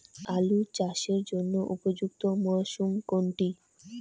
আলু চাষের জন্য উপযুক্ত মরশুম কোনটি?